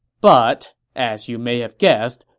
but, as you may have guessed,